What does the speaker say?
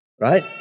Right